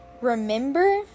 Remember